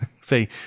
say